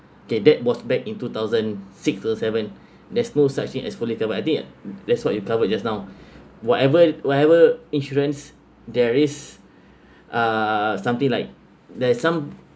kay that was back in two thousand six or seven there's no such thing as fully covered I think that's what you've covered just now whatever whatever insurance there is uh something like there's some